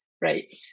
right